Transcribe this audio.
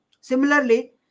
Similarly